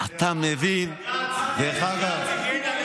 חבר הכנסת מנסור עבאס, איך הוא כתב?